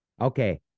okay